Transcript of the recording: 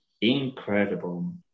Incredible